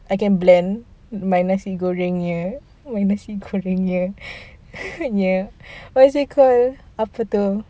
I can blend my nasi gorengnya my nasi gorengnya what is it called apa itu um